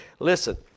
Listen